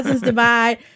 divide